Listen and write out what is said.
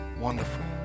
Wonderful